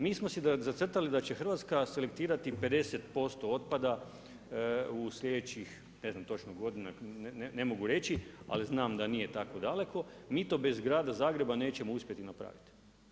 Mi smo si zacrtali da će Hrvatska selektirati 50% otpada u slijedećih ne znam točno godina, ne mogu reći, ali znam da nije tako daleko, mi to bez grada Zagreba nećemo uspjeti napraviti.